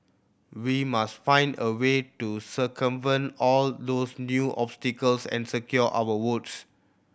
we must find a way to circumvent all those new obstacles and secure our votes